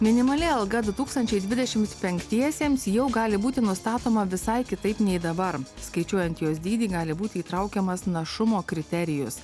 minimali alga du tūkstančiai dvidešimt penktiesiems jau gali būti nustatoma visai kitaip nei dabar skaičiuojant jos dydį gali būti įtraukiamas našumo kriterijus